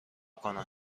کند